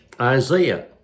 Isaiah